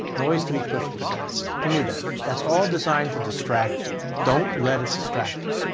noise to be pushed aside. we knew that. that's all designed to distract you. don't let it distract you.